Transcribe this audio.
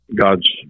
God's